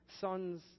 sons